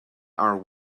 are